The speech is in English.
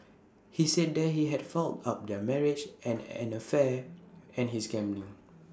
he said that he had fouled up their marriage and an affair and his gambling